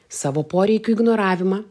savo poreikių ignoravimą